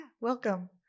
welcome